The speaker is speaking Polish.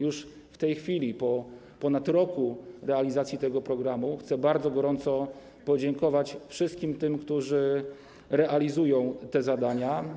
Już w tej chwili, po ponad roku realizacji tego programu chcę bardzo gorąco podziękować wszystkim tym, którzy realizują te zadania.